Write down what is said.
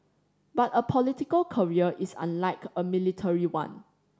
but a political career is unlike a military one